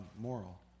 moral